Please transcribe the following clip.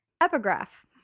Epigraph